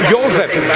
Joseph